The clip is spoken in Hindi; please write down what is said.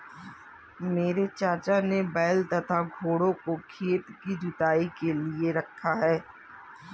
मेरे चाचा ने बैल तथा घोड़ों को खेत की जुताई के लिए रखा है